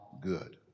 good